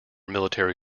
military